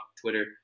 Twitter